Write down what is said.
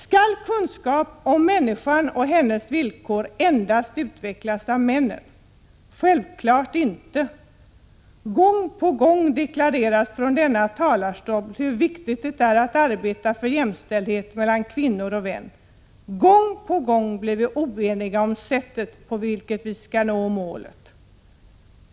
Skall kunskap om människan och hennes villkor endast utvecklas av männen? Självfallet inte. Gång på gång deklareras från denna talarstol hur viktigt det är att arbeta för jämställdheten mellan kvinnor och män. Gång på gång blir vi oeniga om sättet på vilket vi skall nå målet.